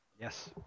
Yes